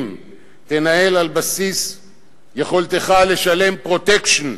תנהל על בסיס יכולתך לשלם "פרוטקשן"